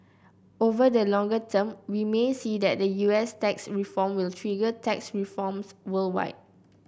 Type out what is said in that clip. over the longer term we may see that the U S tax reform will trigger tax reforms worldwide